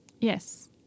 Yes